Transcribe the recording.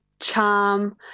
charm